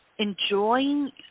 enjoying